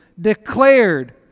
declared